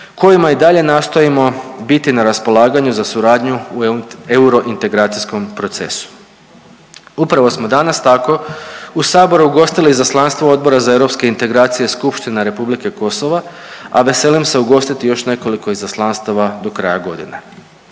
kojima i dalje nastojimo biti na raspolaganju za suradnju u eurointegracijskom procesu. Upravo smo danas tako u Saboru ugostili izaslanstvo Odbora za europske integracije Skupštine Republike Kosova, a veselim se ugostiti još nekoliko izaslanstava do kraja godine.